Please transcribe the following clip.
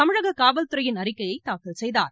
தமிழக காவல்துறையின் அறிக்கையை தாக்கல் செய்தார்